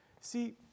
See